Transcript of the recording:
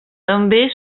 també